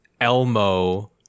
Elmo